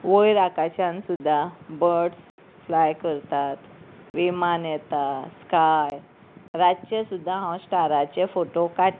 वयर आकाशान सुद्दा बर्ड्स फ्लाय करतात विमान येता स्काय रातचे सुद्दां हांव स्टाराचे फोटो काडटा